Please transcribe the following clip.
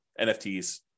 NFTs